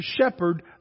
shepherd